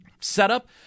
setup